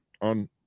on